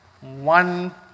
one